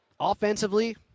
Offensively